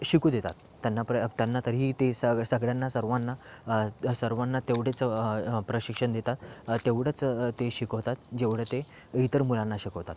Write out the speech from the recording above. शिकू देतात त्यांना प्र त्यांना तरीही ते सग सगळ्यांना सर्वांना सर्वांना तेवढेच प्रशिक्षण देतात तेवढंच ते शिकवतात जेवढं ते इतर मुलांना शिकवतात